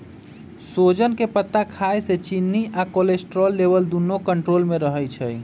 सोजन के पत्ता खाए से चिन्नी आ कोलेस्ट्रोल लेवल दुन्नो कन्ट्रोल मे रहई छई